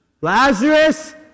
Lazarus